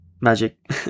Magic